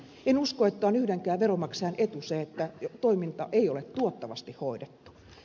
en usko että on yhdenkään veromaksajan etu se että toiminta ei ole tuottavasti hoidettu